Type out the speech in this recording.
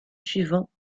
suivant